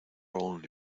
only